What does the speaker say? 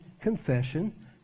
confession